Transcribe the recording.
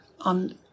on